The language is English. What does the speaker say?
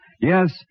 Yes